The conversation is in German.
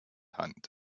hand